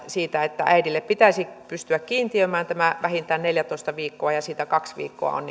siitä että äidille pitäisi pystyä kiintiöimään tämä vähintään neljätoista viikkoa josta kaksi viikkoa